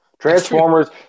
Transformers